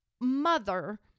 mother